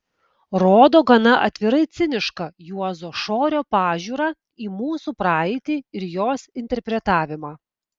rodo gana atvirai cinišką juozo šorio pažiūrą į mūsų praeitį ir jos interpretavimą